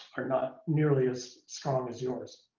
are not nearly as strong as yours.